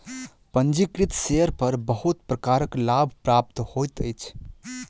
पंजीकृत शेयर पर बहुत प्रकारक लाभ प्राप्त होइत अछि